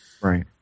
Right